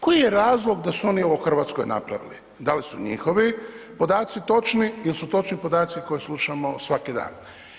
Koji je razlog da su oni ovo Hrvatskoj napravili, da li su njihovi podaci točni ili su točni podaci koje slušamo svaki dan?